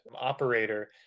operator